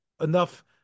enough